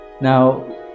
now